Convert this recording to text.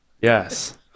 Yes